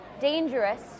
dangerous